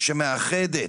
שמאחדת